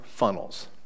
funnels